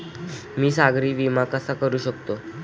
मी सागरी विमा कसा करू शकतो?